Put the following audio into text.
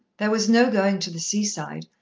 there was no going to the seaside,